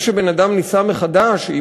זה שאדם נישא מחדש,